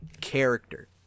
character